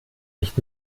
nicht